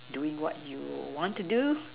doing what you want to do